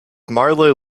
marlowe